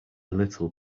little